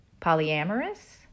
Polyamorous